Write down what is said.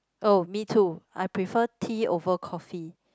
oh me too I prefer tea over coffee